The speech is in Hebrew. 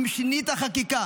אם שינית חקיקה,